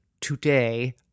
today